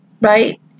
right